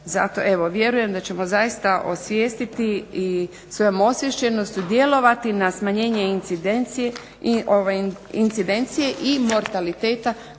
Zato evo vjerujem da ćemo zaista osvijestiti i svojom osviještenju djelovati na smanjenje incidencije i mortaliteta